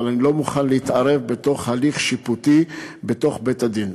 אבל אני לא מוכן להתערב בתוך הליך שיפוטי בתוך בית-הדין.